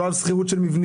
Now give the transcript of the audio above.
לא על שכירות של מבנים,